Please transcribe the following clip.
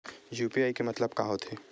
UPI के मतलब का होथे?